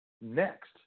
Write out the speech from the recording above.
Next